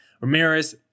Ramirez